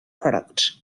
product